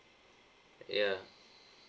ya